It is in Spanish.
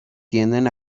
tienden